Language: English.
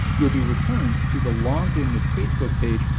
you'll be returned to the logged in with facebook page,